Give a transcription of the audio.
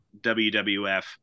wwf